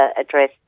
address